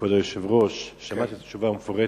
כבוד היושב-ראש, שמעתי את התשובה המפורטת,